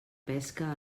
pesca